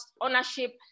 ownership